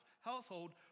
household